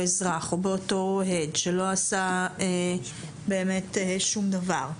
אזרח או באותו אוהד שלא עשה שום דבר,